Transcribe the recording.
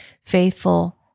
faithful